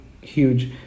huge